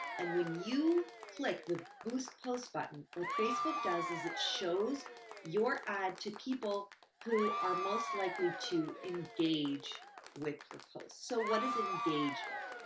and when you click the boost post button, what facebook does is it shows your ad to people who are most likely to engage with your post. so what does engage mean?